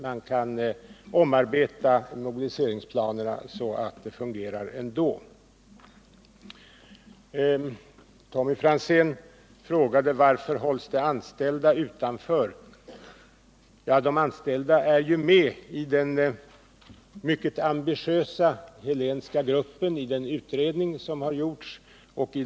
Man kan omarbeta mobiliseringsplanerna så att det fungerar ändå. Tommy Franzén frågade: Varför hålls de anställda utanför? De anställda är ju med i den mycket ambitiösa Helénska gruppen i den utredning som har gjorts.